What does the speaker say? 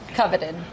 coveted